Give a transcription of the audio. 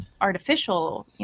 artificial